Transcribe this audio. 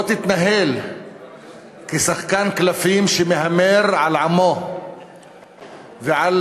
תתנהל כשחקן קלפים שמהמר על עמו ועל